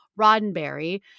Roddenberry